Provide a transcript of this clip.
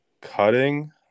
cutting